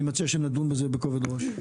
אני מציע שנדון בזה בכובד ראש.